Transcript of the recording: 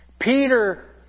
Peter